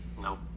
Nope